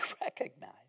recognize